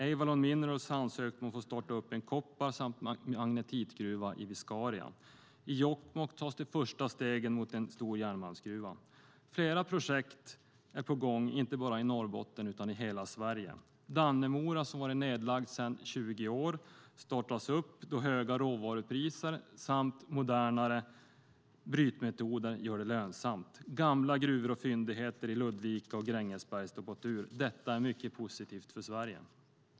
Avalon Minerals har ansökt om att få starta upp en koppar och magnetitgruva i Viscaria. I Jokkmokk tas de första stegen mot en stor järnmalmsgruva. Flera projekt är på gång, inte bara i Norrbotten utan i hela Sverige. Dannemora gruva, som har varit nedlagd sedan 20 år, startas upp eftersom höga råvarupriser och modernare brytmetoder gör det lönsamt. Gamla gruvor och fyndigheter i Ludvika och Grängesberg står på tur. Detta är mycket positivt för Sverige.